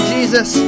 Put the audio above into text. Jesus